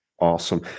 Awesome